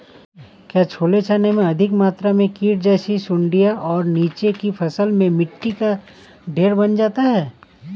क्या छोले चने में अधिक मात्रा में कीट जैसी सुड़ियां और नीचे की फसल में मिट्टी का ढेर बन जाता है?